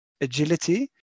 Agility